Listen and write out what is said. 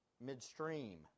midstream